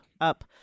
up